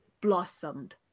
blossomed